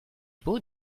beau